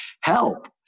help